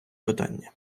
питання